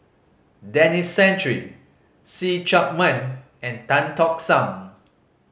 Denis Santry See Chak Mun and Tan Tock San